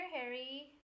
Harry